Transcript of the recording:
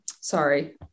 sorry